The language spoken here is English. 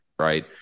Right